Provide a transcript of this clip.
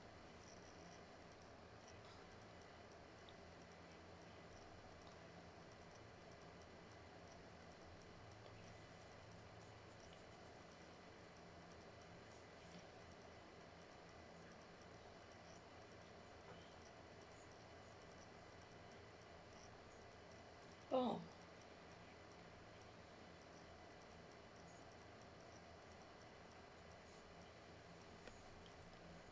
oh